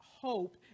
hope